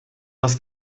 was